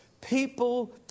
People